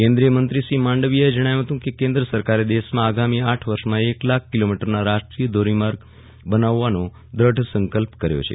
કેન્દ્રિય મંત્રી શ્રી માંડવીયાએ જણાવ્યું હતું કે કેન્દ્ર સરકારે દેશમાં આગામી આઠ વર્ષમાં એક લાખ કીલોમીટરના રાષ્ટ્રીય ધોરીમાર્ગ બનાવવાનો દેઢ સંકલ્પ કર્યો છે